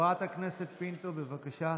חברת הכנסת פינטו, בבקשה.